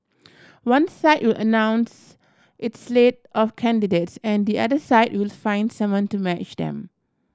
one side will announce its slate of candidates and the other side will find someone to match them